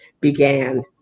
began